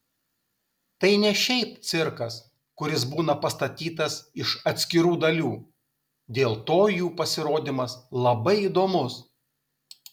tai ne šiaip cirkas kuris būna pastatytas iš atskirų dalių dėl to jų pasirodymas labai įdomus